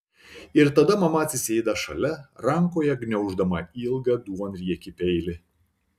ir tada mama atsisėda šalia rankoje gniauždama ilgą duonriekį peilį